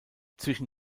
zwischen